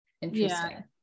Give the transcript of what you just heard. interesting